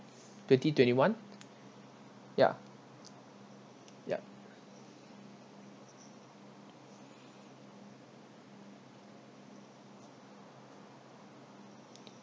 twenty twenty one ya yup